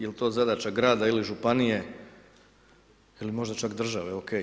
Je li to zadaća grada ili županije ili možda čak države, OK.